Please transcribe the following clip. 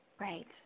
Right